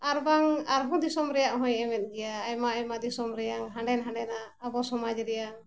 ᱟᱨ ᱵᱟᱝ ᱟᱨᱦᱚᱸ ᱫᱤᱥᱚᱢ ᱨᱮᱱᱟᱜ ᱦᱚᱸᱭ ᱮᱢᱮᱫ ᱜᱮᱭᱟ ᱟᱭᱢᱟ ᱟᱭᱢᱟ ᱫᱤᱥᱚᱢ ᱨᱮᱱᱟᱜ ᱦᱟᱸᱰᱮ ᱱᱟᱸᱰᱮᱱᱟᱜ ᱟᱵᱚ ᱥᱚᱢᱟᱡᱽ ᱨᱮᱱᱟᱜ